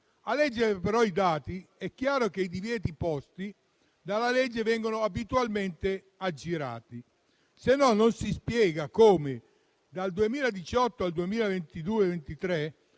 A leggere però i dati, è chiaro che i divieti posti dalla legge vengono abitualmente aggirati. Sennò non si spiega come, dal 2018 al 2022-23,